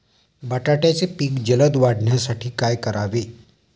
बटाट्याचे पीक जलद वाढवण्यासाठी काय करावे?